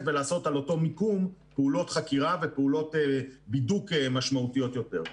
ולעשות את אותו מיקום פעולות חקירה ופעולות בידוק משמעותיות יותר.